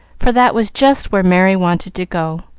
for that was just where merry wanted to go.